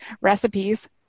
recipes